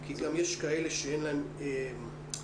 כי יש כאלה שאין להם אינטרנט.